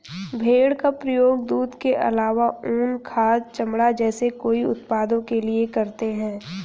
भेड़ का प्रयोग दूध के आलावा ऊन, खाद, चमड़ा जैसे कई उत्पादों के लिए करते है